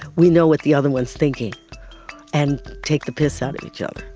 we know what the other one is thinking and take the piss out of each other.